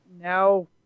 now